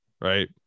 Right